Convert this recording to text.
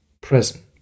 present